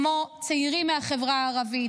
כמו צעירים מהחברה הערבית,